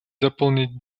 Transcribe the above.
заполнить